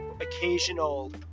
occasional